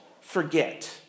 forget